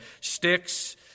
sticks